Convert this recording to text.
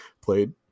played